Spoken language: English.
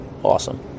Awesome